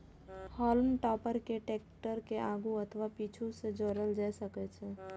हाल्म टॉपर कें टैक्टर के आगू अथवा पीछू सं जोड़ल जा सकै छै